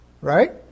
Right